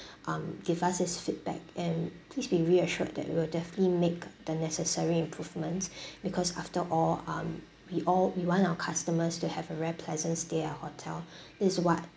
um give us this feedback and please be reassured that we will definitely make the necessary improvements because after all um we all we want our customers to have a very pleasant stay at our hotel this is what